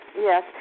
yes